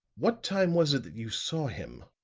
what time was it that you saw him?